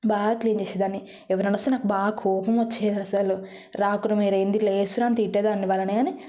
బాగా క్లీన్ చేసేదాన్ని ఎవరన్నా వస్తే నాకు బాగా కోపం వచ్చేది అసలు రాకురు మీరు ఏంది ఇట్లా చేస్తురు అని తిట్టేదాన్ని వాళ్ళు అయినా కాని